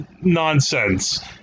nonsense